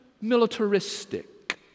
militaristic